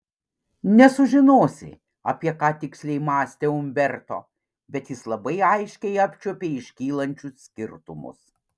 nesužinosi apie ką tiksliai mąstė umberto bet jis labai aiškiai apčiuopė iškylančius skirtumus